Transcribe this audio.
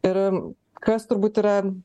ir kas turbūt yra